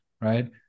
right